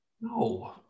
No